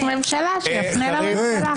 יש ממשלה שיפנה לממשלה.